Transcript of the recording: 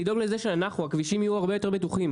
אני רוצה שתסיימי ואז ניתן זכות דיבור.